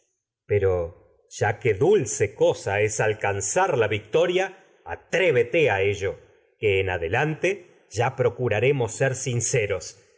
pero a dulce cosa es alcanzar la victoria atrévete ser ello que en ade lante ya procuraremos sinceros